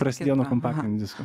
prasidėjo nuo kompaktinių diskų